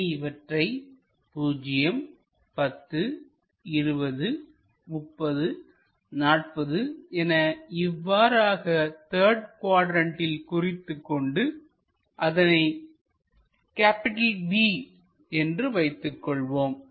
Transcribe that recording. இனி இவற்றை 0 10 20 30 40 என இவ்வாறாக த்தர்டு குவாட்ரண்ட்டில் குறித்துக் கொண்டு அதனை B என்று வைத்துக்கொள்வோம்